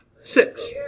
Six